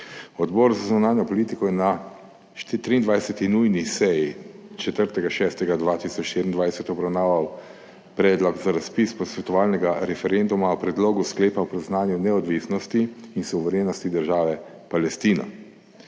Odbor za zunanjo politiko je na 24. nujni seji 4. 6. 2024 obravnaval Predlog za razpis posvetovalnega referenduma o Predlogu sklepa o priznanju neodvisnosti in suverenosti države Palestina,